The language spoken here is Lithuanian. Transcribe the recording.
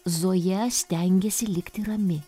zoja stengiasi likti rami